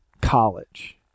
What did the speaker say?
college